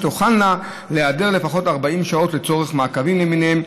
שתוכלנה להיעדר לפחות 40 שעות לצורך מעקבים למיניהם,